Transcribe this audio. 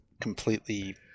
completely